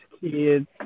kids